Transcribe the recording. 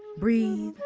breathe